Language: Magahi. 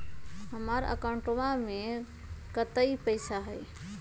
हमार अकाउंटवा में कतेइक पैसा हई?